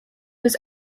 was